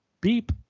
beep